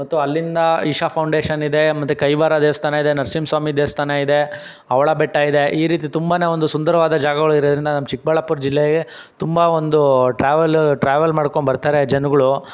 ಮತ್ತು ಅಲ್ಲಿಂದ ಇಶಾ ಫೌಂಡೇಶನ್ ಇದೆ ಮತ್ತು ಕೈವಾರ ದೇವಸ್ಥಾನ ಇದೆ ನರಸಿಂಹ ಸ್ವಾಮಿ ದೇವಸ್ಥಾನ ಇದೆ ಹವಳ ಬೆಟ್ಟ ಇದೆ ಈ ರೀತಿ ತುಂಬನೆ ಒಂದು ಸುಂದರವಾದ ಜಾಗಗಳು ಇರೋದ್ರಿಂದ ನಮ್ಮ ಚಿಕ್ಕಬಳ್ಳಾಪುರ ಜಿಲ್ಲೆಗೆ ತುಂಬ ಒಂದು ಟ್ರಾವೆಲ್ ಟ್ರಾವೆಲ್ ಮಾಡ್ಕೊಂಡ್ಬರ್ತಾರೆ ಜನಗಳು